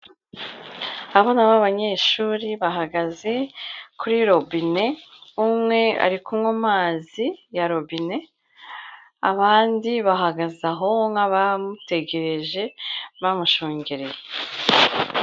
Abana b'abanyeshuri bahagaze kuri robine, umwe ari kunywa amazi ya robine, abandi bahagaze aho nk'abamutegereje bamushungereye.